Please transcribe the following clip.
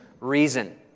reason